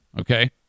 Okay